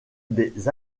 des